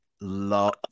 love